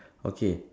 okay